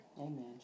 Amen